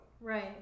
Right